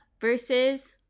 versus